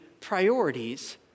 priorities